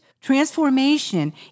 transformation